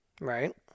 Right